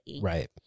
Right